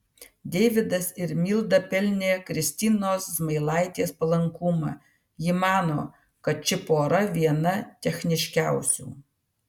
deividas ir milda pelnė kristinos zmailaitės palankumą ji mano kad ši pora viena techniškiausių